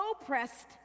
oppressed